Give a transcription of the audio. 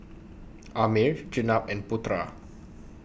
Ammir Jenab and Putera